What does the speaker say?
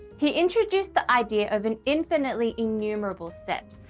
he introduced the idea of an infinitely enumerable set.